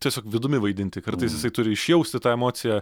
tiesiog vidumi vaidinti kartais jisai turi išjausti tą emociją